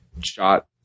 Shot